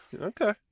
Okay